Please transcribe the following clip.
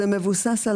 זה מבוסס,